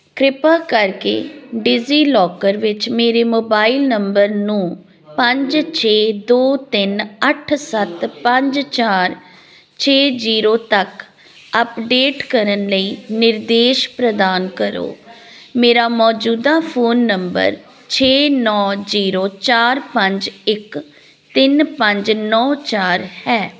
ਕ੍ਰਿਪਾ ਕਰਕੇ ਡਿਜੀਲਾਕਰ ਵਿੱਚ ਮੇਰੇ ਮੋਬਾਈਲ ਨੰਬਰ ਨੂੰ ਪੰਜ ਛੇ ਦੋ ਤਿੰਨ ਅੱਠ ਸੱਤ ਪੰਜ ਚਾਰ ਛੇ ਜੀਰੋ ਤੱਕ ਅੱਪਡੇਟ ਕਰਨ ਲਈ ਨਿਰਦੇਸ਼ ਪ੍ਰਦਾਨ ਕਰੋ ਮੇਰਾ ਮੌਜੂਦਾ ਫੋਨ ਨੰਬਰ ਛੇ ਨੌਂ ਜੀਰੋ ਚਾਰ ਪੰਜ ਇੱਕ ਤਿੰਨ ਪੰਜ ਨੌਂ ਚਾਰ ਹੈ